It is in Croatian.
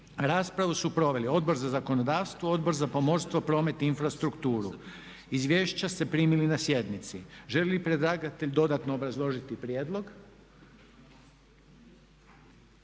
Raspravu su proveli Odbor za zakonodavstvo, Odbor za pomorstvo, promet i infrastrukturu. Izvješća ste primili na sjednici. Želi li predlagatelj dodatno obrazložiti prijedlog?